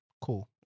Cool